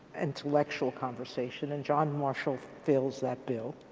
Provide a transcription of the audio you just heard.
intellectual conversation. and john marshall fills that bill.